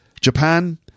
Japan